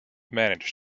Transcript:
manage